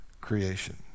creation